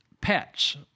pets